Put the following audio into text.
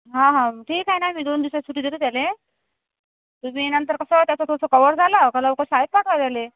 हा हा ठीक आहे ना मी दोन दिवसाची सुटी देते त्याला तुम्ही नंतर कसं त्याचं थोडंसं कव्हर झालं का लवकर शाळेत पाठवा त्याला